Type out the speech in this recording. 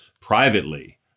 privately